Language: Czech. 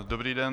Dobrý den.